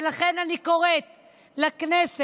ולכן אני קוראת לכנסת,